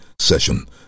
session